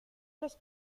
las